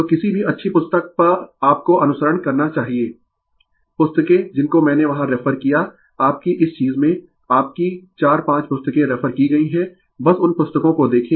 तो किसी भी अच्छी पुस्तक का आपको अनुशरण करना चाहिए पुस्तकें जिनको मैंने वहां रेफर किया आपकी इस चीज में आपकी 4 5 पुस्तकें रेफर की गयी है बस उन पुस्तकों को देखें